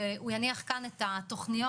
הוא יניח כאן את התוכניות.